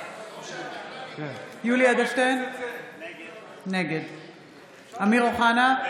בעד יולי יואל אדלשטיין, נגד אמיר אוחנה,